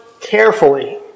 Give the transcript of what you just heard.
carefully